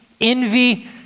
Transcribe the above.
envy